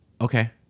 Okay